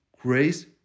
grace